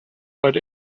but